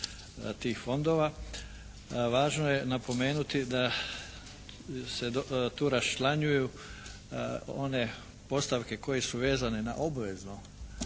tih fondova. Važno je napomenuti da se tu raščlanjuju one postavke koje su vezane na obvezno